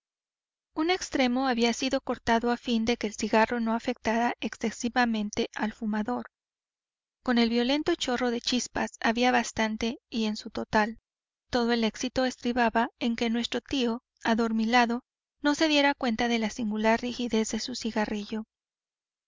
un extremo había sido cortado a fin de que el cigarro no afectara excesivamente al fumador con el violento chorro de chispas había bastante y en su total todo el éxito estribaba en que nuestro tío adormilado no se diera cuenta de la singular rigidez de su cigarrillo